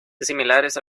similares